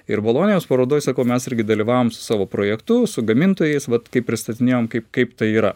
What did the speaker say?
ir bolonijos parodoj sako mes irgi dalyvavom savo projektu su gamintojais vat kai pristatinėjom kaip kaip tai yra